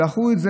דחו את זה